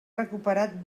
recuperat